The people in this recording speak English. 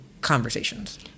conversations